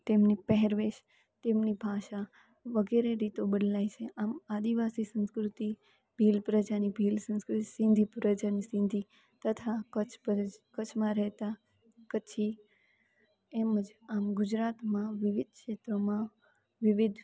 તેમની પહેરવેશ તેમની ભાષા વગેરે રીતો બદલાય છે આમ આદિવાસી સંસ્કૃતિ ભીલ પ્રજાની ભીલ સંસ્કૃતિ સિંધી પ્રજાની સિંધી તથા કચ્છ કચ્છમાં રહેતા કચ્છી એમ જ આમ ગુજરાતમાં વિવિધ ક્ષેત્રોમાં વિવિધ